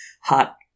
hot